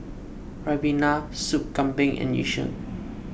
Ribena Sup Kambing and Yu Sheng